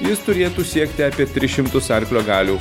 jis turėtų siekti apie tris šimtus arklio galių